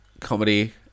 comedy